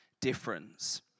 difference